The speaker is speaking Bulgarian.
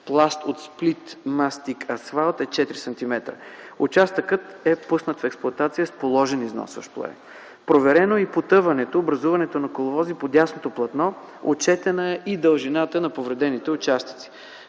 пласт от сплит мастик асфалт е 4 см. Участъкът е пуснат в експлоатация с положен износващ слой. Проверено е и потъването и образуването на коловози по дясното платно. Отчетена е и дължината на повредените участъци.